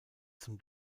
zum